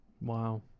Wow